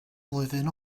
flwyddyn